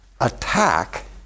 attack